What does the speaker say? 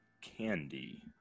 candy